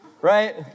right